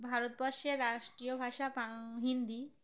ভারতবর্ষের রাষ্ট্রীয় ভাষা হিন্দি